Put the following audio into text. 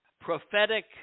prophetic